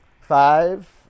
Five